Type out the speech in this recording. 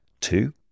two